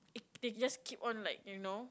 it they just keep on like you know